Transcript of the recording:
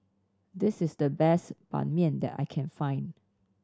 this is the best Ban Mian that I can find